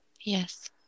Yes